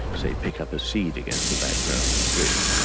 say, pick up a seed against a background of grit,